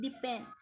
depend